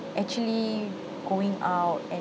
actually going out and